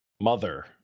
mother